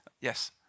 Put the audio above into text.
yes